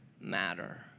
matter